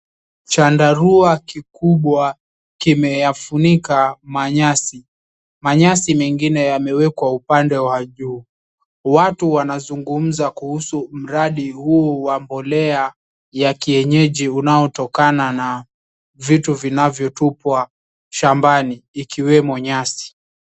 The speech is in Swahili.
Chandarua kikubwa kimeyafunika manyasi, manyasi mengine yamewekwa upande wa juu. Watu wanazungumza kuhusu mradi huu wa mbolea ya kienyeji unaotokana na vitu vinavyotupwa shambani ikiwemo nyasi.